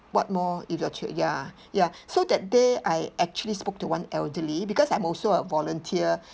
what more if you are ch~ ya ya so that day I actually spoke to one elderly because I'm also a volunteer